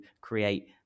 create